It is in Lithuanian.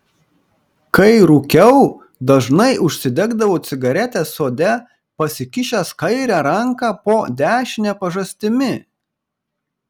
kai rūkiau dažnai užsidegdavau cigaretę sode pasikišęs kairę ranką po dešine pažastimi